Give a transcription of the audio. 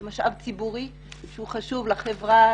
הם משאב ציבורי שהוא חשוב לחברה,